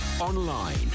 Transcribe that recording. online